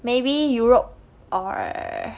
maybe europe or